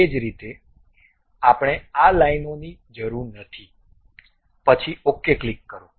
એ જ રીતે આપણે આ લાઈનઓની જરૂર નથી પછી ok ક્લિક કરો